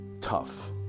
tough